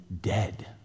dead